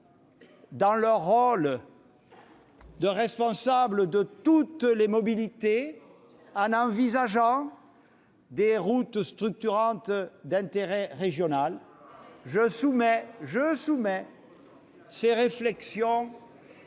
dans leur rôle de responsables de toutes les mobilités, en envisageant des routes structurantes d'intérêt régional ? On refile